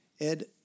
Ed